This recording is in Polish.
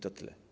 To tyle.